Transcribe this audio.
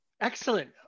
Excellent